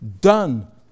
Done